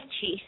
cheese